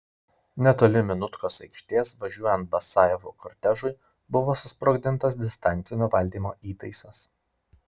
netoli minutkos aikštės važiuojant basajevo kortežui buvo susprogdintas distancinio valdymo įtaisas